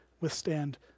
withstand